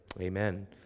amen